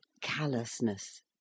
callousness